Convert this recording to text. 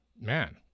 man